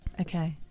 Okay